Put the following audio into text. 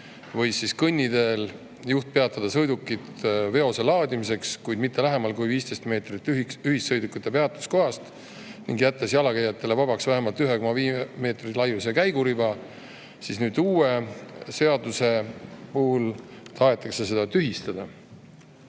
sõiduki kõnniteel peatada veose laadimiseks, kuid mitte lähemal kui 15 meetrit ühissõidukite peatuskohast ning jättes jalakäijatele vabaks vähemalt 1,5 meetri laiuse käiguriba, siis nüüd uue seaduse puhul tahetakse seda tühistada. Kui